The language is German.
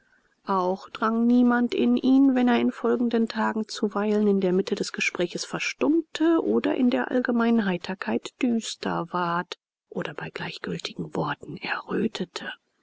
auch drang niemand in ihn wenn er in folgenden tagen zuweilen in der mitte des gesprächs verstummte oder in der allgemeinen heiterkeit düster ward oder bei gleichgültigen worten errötete